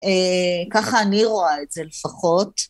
ככה אני רואה את זה לפחות.